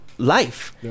life